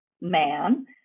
man